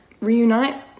reunite